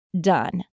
done